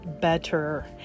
better